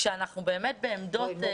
כשאנחנו באמת בעמדות --- השרה לקידום ולחיזוק